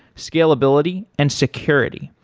scalability and security.